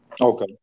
Okay